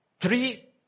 three